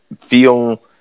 feel